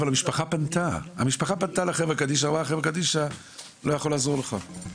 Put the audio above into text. אבל המשפחה פונה לחברה קדישא ונאמר לה שהחברה קדישא לא יכולה לעזור לה.